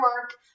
work